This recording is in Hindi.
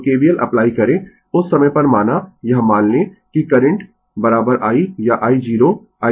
तो KVL अप्लाई करें उस समय पर माना यह मान लें कि करंट i या i0 i0 i0 ठीक है